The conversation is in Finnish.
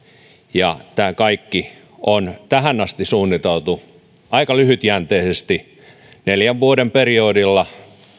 ja tämä kaikki on tähän asti suunniteltu aika lyhytjänteisesti neljän vuoden periodilla